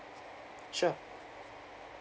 sure